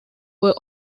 were